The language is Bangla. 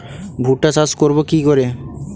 ভুট্টা চাষ করব কি করে?